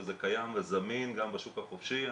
וזה קיים וזמין גם בשוק החופשי.